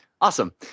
Awesome